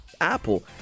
Apple